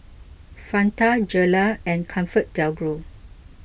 Fanta Gelare and ComfortDelGro